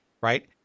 right